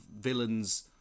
villains